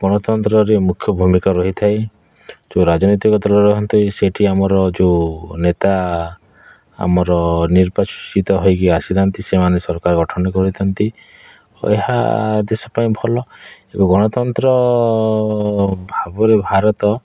ଗଣତନ୍ତ୍ରରେ ମୁଖ୍ୟ ଭୂମିକା ରହିଥାଏ ଯେଉଁ ରାଜନୈତିକ ଦଳ ରୁହନ୍ତି ସେଇଠି ଆମର ଯେଉଁ ନେତା ଆମର ନିର୍ବାଚିତ ହେଇକି ଆସିଥାନ୍ତି ସେମାନେ ସରକାର ଗଠନ କରିଥାନ୍ତି ଓ ଏହା ଦେଶ ପାଇଁ ଭଲ ଏବଂ ଗଣତନ୍ତ୍ର ଭାବରେ ଭାରତ